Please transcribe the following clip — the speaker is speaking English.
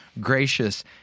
gracious